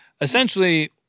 essentially